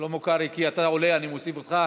שלמה קרעי, אני מוסיף אותך.